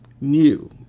new